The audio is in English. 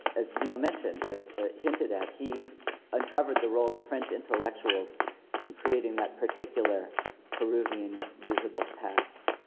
as neil mentioned or hinted at, he uncovered the role of french intellectuals in creating that particular peruvian usable past.